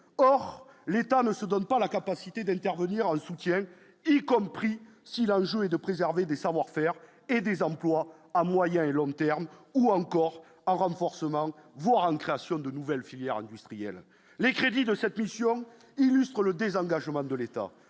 or l'État ne se donne pas la capacité d'intervenir en soutien et comme prix si l'enjeu est de préserver des savoir-faire et des emplois à moyen et long terme ou encore en renforcement voire une création de nouvelles filières industrielles, les crédits de cette mission illustre le désengagement de l'État,